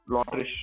Lottery